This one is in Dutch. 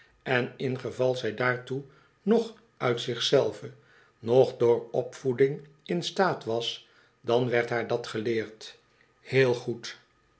en ingeval zij daartoe noch uit zich zelve noch door opvoeding in staat was dan werd haar dat geleerd heel goed